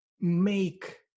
make